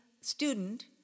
student